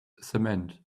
cement